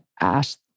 ask